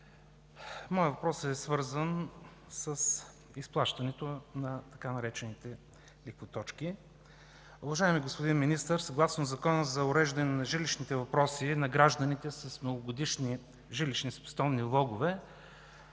Моят въпрос е свързан с изплащането на така наречените „лихвоточки”. Уважаеми господин Министър, съгласно Закона за уреждане на жилищните въпроси на гражданите с многогодишни жилищно-спестовни влогове